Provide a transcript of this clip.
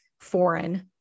foreign